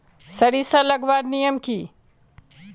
सरिसा लगवार नियम की?